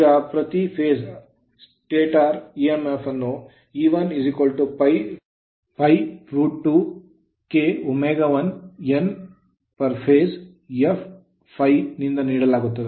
ಈಗ ಪ್ರತಿ ಹಂತಕ್ಕೆ ಸ್ಟಾಟರ್ ಎಮ್ಫ್ ಅನ್ನು E1 2 kw1Nph1fφನಿಂದ ನೀಡಲಾಗುತ್ತದೆ